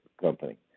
company